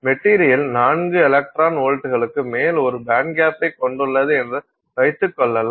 material 4 electron வோல்ட்டுகளுக்கு மேல் ஒரு பேண்ட்கேப்பைக் கொண்டுள்ளது என்று வைத்துக்கொள்ளலாம்